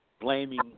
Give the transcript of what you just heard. blaming